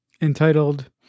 entitled